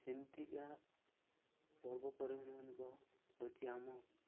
ସେମିତିକା ପର୍ବପର୍ବାଣି ମାନଙ୍କ ହଉଛି ଆମ